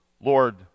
Lord